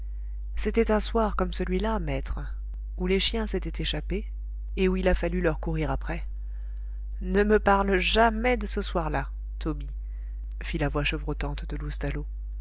c'était un soir comme celui-là maître où les chiens s'étaient échappés et où il a fallu leur courir après ne me parle jamais de ce soir-là tobie fit la voix chevrotante de